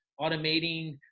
automating